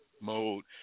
mode